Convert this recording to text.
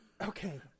Okay